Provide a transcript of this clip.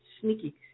sneaky